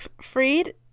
Freed